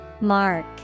Mark